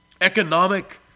economic